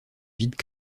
vides